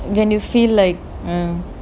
when you feel like um